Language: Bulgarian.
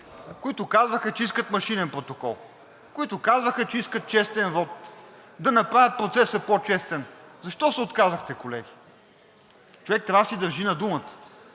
които казваха, че искат машинен протокол, които казваха, че искат честен вот, да направят процеса по-честен – защо се отказахте, колеги? Човек трябва да си държи на думата,